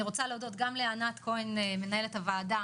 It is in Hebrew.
אני רוצה להודות גם לענת כהן מנהלת הוועדה,